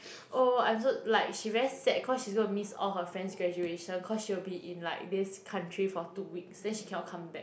oh I'm also like she very sad cause she's going to miss all her friend's graduation cause she will be in like this country for two weeks then she cannot come back